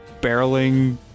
barreling